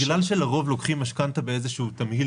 בגלל שלרוב לוקחים משכנתא באיזשהו תמהיל